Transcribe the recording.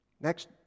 Next